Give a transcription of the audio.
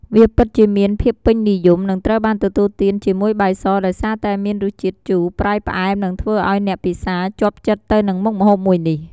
វាពិតជាមានភាពពេញនិយម និងត្រូវបានទទួលទានជាមួយបាយស ដោយសារតែមានរសជាតិជូរ ប្រៃ ផ្អែម និងធ្វើឱ្យអ្នកពិសាជាប់ចិត្តទៅនឹងមុខម្ហូបមួយនេះ។